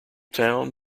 town